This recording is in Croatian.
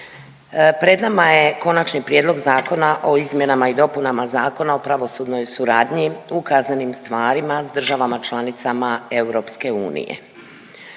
Pred nama je Konačni prijedlog zakona o izmjenama i dopunama Zakona o pravosudnoj suradnji u kaznenim stvarima sa državama članicama EU. Ovim